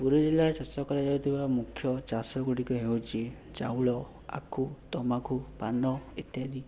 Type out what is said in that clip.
ପୁରୀ ଜିଲ୍ଲାରେ ଚାଷ କରାଯାଉଥିବା ମୁଖ୍ୟ ଚାଷଗୁଡ଼ିକ ହେଉଛି ଚାଉଳ ଆଖୁ ତମାଖୁ ପାନ ଇତ୍ୟାଦି